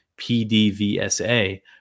PDVSA